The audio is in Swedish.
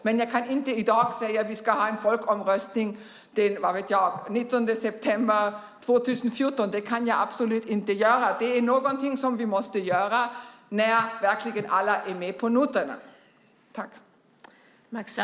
Men jag kan inte i dag säga att vi ska ha en folkomröstning till exempel den 19 september 2014. Det kan jag absolut inte göra. Det är någonting som vi måste ha när alla verkligen är med på noterna.